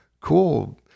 cool